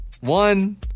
one